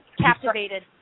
captivated